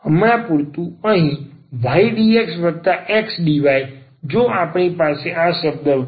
હમણાં પૂરતું અહીં ydxxdy જો આપણી પાસે આ શબ્દ ydxxdy છે